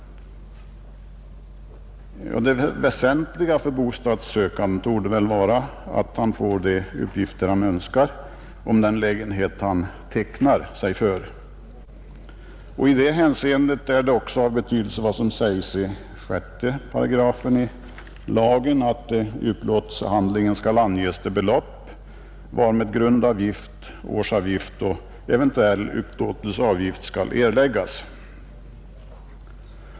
Det väsentliga för en bostadssökande torde väl vara att han får de uppgifter han önskar om den lägenhet han tecknar sig för. I det hänseendet är också vad som sägs i 6 § i lagen av betydelse, nämligen att i upplåtelsehandlingen skall anges de belopp varmed grundavgift, årsavgift och eventuell upplåtelseavgift skall erläggas.